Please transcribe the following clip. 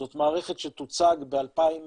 זאת מערכת שתוצג ב-2021